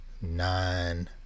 nine